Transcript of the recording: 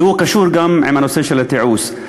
והוא קשור גם לנושא של התיעוש.